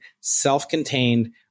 self-contained